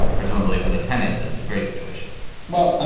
presumably for the tenants, it's a great situation well, i